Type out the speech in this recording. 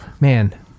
Man